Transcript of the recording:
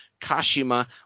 Kashima